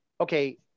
okay